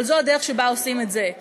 אבל זו הדרך שבה עושים את זה.